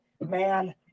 man